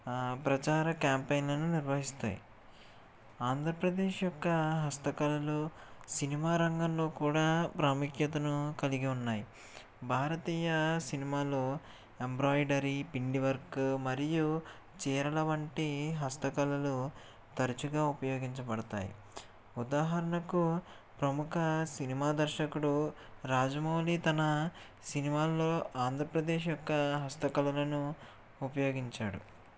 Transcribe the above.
ప్రచార క్యాంపేన్లను నిర్వహిస్తాయి ఆంధ్రప్రదేశ్ యొక్క హస్తకళలు సినిమా రంగంలో కూడా ప్రాముఖ్యతను కలిగి ఉన్నాయి భారతీయ సినిమాలో ఎంబ్రాయిడరీ పెండి వర్క్ మరియు చీరల వంటి హస్తకళలు తరచుగా ఉపయోగించబడతాయి ఉదాహరణకు ప్రముఖ సినిమా దర్శకుడు రాజమౌళి తన సినిమాలలో ఆంధ్రప్రదేశ్ యొక్క హస్త కళలను ఉపయోగించాడు